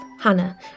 Hannah